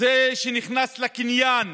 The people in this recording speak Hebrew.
זה שנכנס לקניין